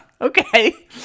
okay